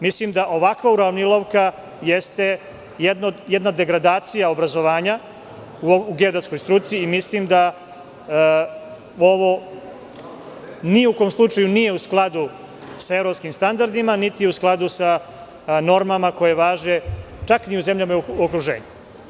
Mislim da ovakva uravnilovka jeste jedna degradacija obrazovanja u geodetskoj struci i mislim da ovo ni u kom slučaju nije u skladu sa evropskim standardima, niti je u skladu sa normama koje važe čak ni u zemljama u okruženju.